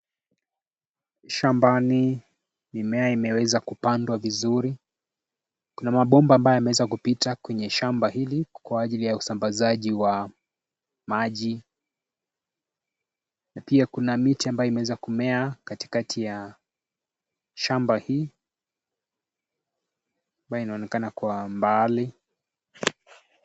Shambani mimea imeweza kupandwa vizuri, kuna mabomba yameweza kupita kwa shamba hili kwa ajili ya usambazaji wa maji, na pia kuna miti ambayo imeweza kumea katikati ya shamba hii ambayo inaonekana kwa mbali.